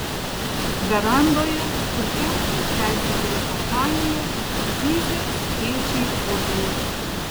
verandoje kur temstant persikėlė kompanija zyzė spiečiai uodų